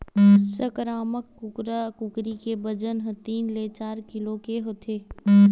संकरामक कुकरा कुकरी के बजन ह तीन ले चार किलो के होथे